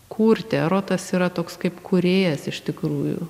kurti erotas yra toks kaip kūrėjas iš tikrųjų